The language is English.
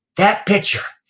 that picture,